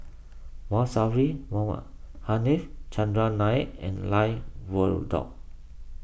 Saffri Manaf Chandran Nair and